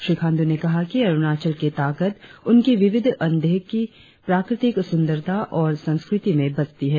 श्री खाण्डू ने कहा कि अरुणाचल की ताकत उनकी विविध अनदेखी प्राकृतिक सुन्दरता और संस्कृति में बस्ती है